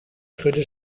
schudde